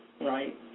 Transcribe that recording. right